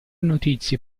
notizie